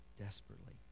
desperately